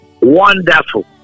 Wonderful